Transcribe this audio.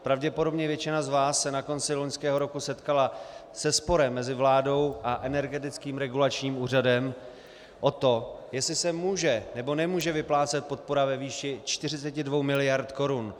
Pravděpodobně většina z vás se na konci loňského roku setkala se sporem mezi vládou a Energetickým regulačním úřadem o to, jestli se může, nebo nemůže vyplácet podpora ve výši 42 mld. korun.